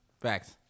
Facts